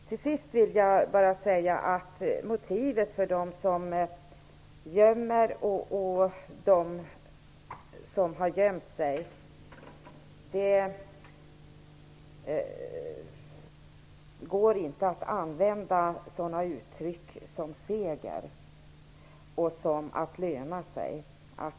Till sist vill jag bara säga om dem som gömmer och om dem som har gömt sig att det inte går att använda sådana uttryck som ''seger'' och ''att löna sig''.